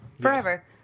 Forever